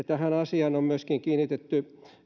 tähän asiaan on kiinnitetty huomiota myöskin